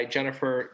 Jennifer